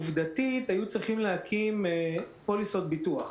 עובדתית היו צריכים להקים פוליסות ביטוח.